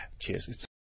cheers